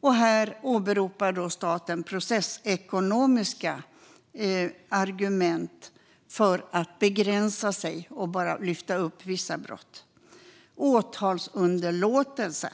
Staten åberopar processekonomiska argument för att göra denna begränsning och bara lyfta upp vissa brott. Det kan också bli fråga om åtalsunderlåtelse.